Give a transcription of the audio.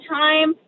time